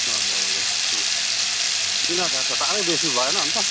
हजुर हजुर तिन हजार साह्रै बेसी भएन अन्त